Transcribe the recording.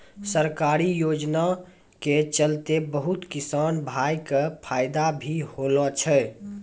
सरकारी योजना के चलतैं बहुत किसान भाय कॅ फायदा भी होलो छै